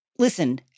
Listen